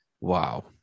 wow